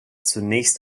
zunächst